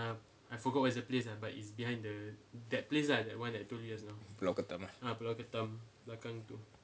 pulau ketam lah